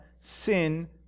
sin